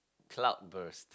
cloudburst